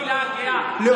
הקהילה הגאה, תפסיקו להבהיל.